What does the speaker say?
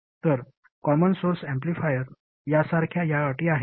तर common source amplifier सारख्याच या अटी आहेत